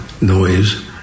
noise